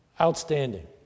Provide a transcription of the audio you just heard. outstanding